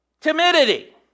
timidity